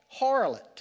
harlot